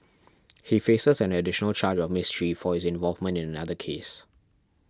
he faces an additional charge of mischief for his involvement in another case